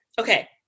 Okay